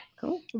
Cool